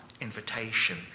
invitation